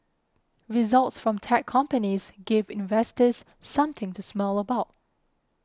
results from tech companies gave investors something to smile about